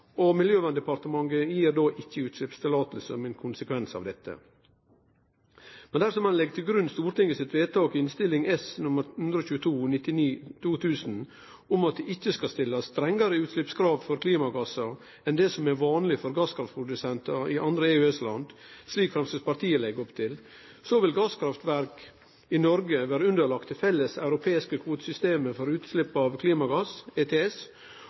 og Miljøverndepartementet gir ikkje utsleppsløyve som ein konsekvens av dette. Dersom ein legg til grunn Stortinget sitt vedtak, på bakgrunn av Innst. S. nr. 122 for 1999–2000, om at det ikkje skal stillast strengare utsleppskrav for klimagassar enn det som er vanleg for gasskraftprodusentar i andre EØS-land, slik Framstegspartiet legg opp til, vil gasskraftverk i Noreg vere underlagde det felles europeiske kvotesystemet for utslepp av